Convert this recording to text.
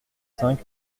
cinq